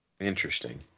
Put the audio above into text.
Interesting